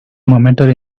momentary